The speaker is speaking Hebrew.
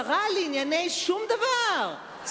שרה לענייני שום דבר,